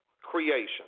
creation